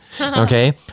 Okay